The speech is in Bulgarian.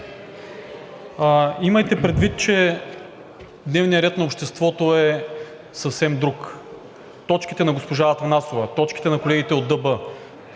Имайте предвид, че дневният ред на обществото е съвсем друг. Точките на госпожа Атанасова, точките на колегите от ДБ,